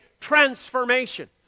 transformation